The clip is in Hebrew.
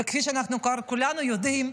וכפי שכבר כולנו יודעים,